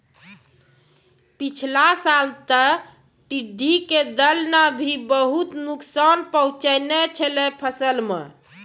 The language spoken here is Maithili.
पिछला साल तॅ टिड्ढी के दल नॅ भी बहुत नुकसान पहुँचैने छेलै फसल मॅ